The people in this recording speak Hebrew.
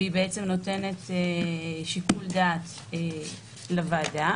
והיא בעצם נותנת שיקול דעת לוועדה.